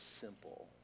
simple